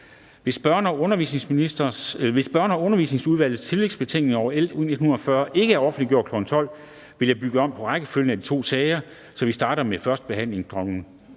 Hvis Børne- og Undervisningsudvalgets tillægsbetænkning over L 140 ikke er offentliggjort kl. 12.00, vil jeg bytte om på rækkefølgen af de to sager, så vi starter med første behandling af